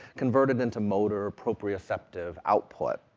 converted into motor, or proprioceptive output.